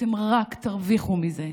אתם רק תרוויחו מזה.